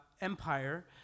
Empire